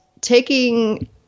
taking